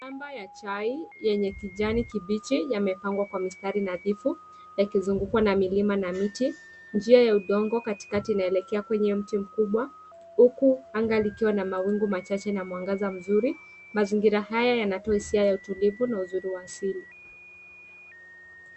Shamba ya chai yenye kijani kibichi yamepangwa kwa mistari nadhifu yakizungukwa na milima na miti. Njia ya udongo katikati inaelekea kwenye mti mkubwa huku anga likiwa na mawingu machache na mwangaza mzuri . Mazingira haya yanatoa hisia ya utulivu na uzuri wa asili.